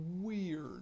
weird